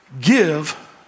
Give